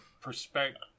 perspective